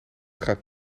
gaat